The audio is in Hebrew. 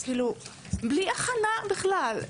בלי הכנה בכלל.